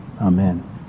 Amen